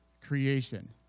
creation